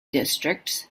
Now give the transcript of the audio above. districts